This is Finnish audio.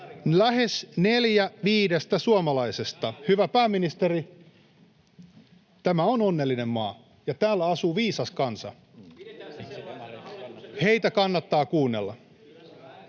lähes neljä viidestä suomalaisesta. Hyvä pääministeri, tämä on onnellinen maa, ja täällä asuu viisas kansa, [Mauri Peltokangas: